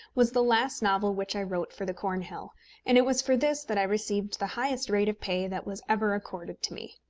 was the last novel which i wrote for the cornhill and it was for this that i received the highest rate of pay that was ever accorded to me.